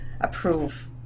approve